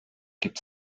gibt